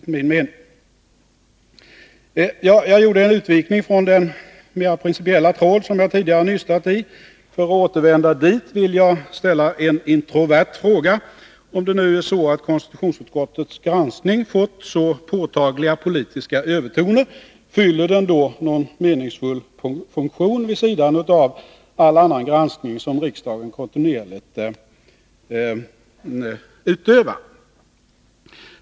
Jag har gjort en utvikning från den mer principiella tråd som jag tidigare nystati. För att återvända dit vill jag ställa en introvert fråga: Om det nu är så att konstitutionsutskottets granskning fått så påtagliga politiska övertoner, fyller den då någon meningsfull funktion vid sidan av all annan granskning som riksdagen kontinuerligt utövar?